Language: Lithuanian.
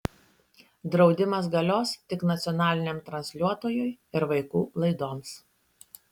draudimas galios tik nacionaliniam transliuotojui ir vaikų laidoms